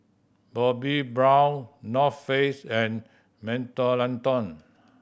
Bobbi Brown North Face and Mentholatum